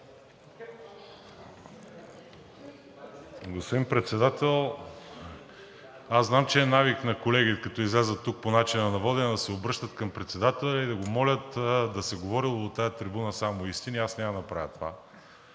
Господин Председател, аз знам, че е навик на колеги, като излязат тук по начина на водене, да се обръщат към председателя и да го молят да се говорело от тази трибуна само истини. Аз няма да направя това.